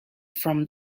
from